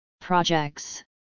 Projects